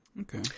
okay